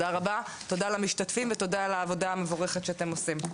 תודה למשתתפים ותודה על העבודה המבורכת שאתם עושים.